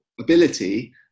ability